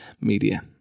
media